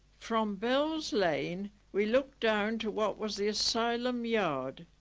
from bell's lane we look down to what was the asylum yard.